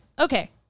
Okay